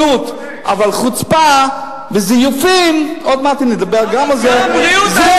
עוד מעט אני אדבר על מערכת הבריאות.